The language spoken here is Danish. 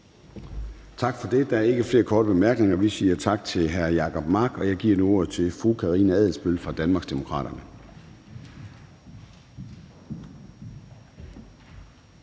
Gade): Der er ikke flere korte bemærkninger, så vi siger tak til hr. Jacob Mark. Og jeg giver nu ordet til fru Karina Adsbøl fra Danmarksdemokraterne.